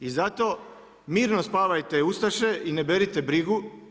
I zato mirno spavajte ustaše, i ne berite brigu.